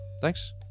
Thanks